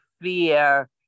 fear